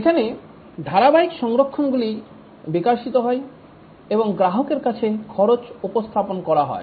এখানে ধারাবাহিক সংস্করণগুলি বিকশিত হয় এবং গ্রাহকের কাছে খরচ উপস্থাপন করা হয়